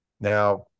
Now